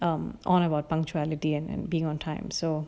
um on about punctuality and and being on time so